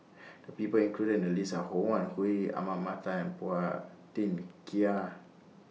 The People included in The list Are Ho Wan Hui Ahmad Mattar Phua Thin Kiay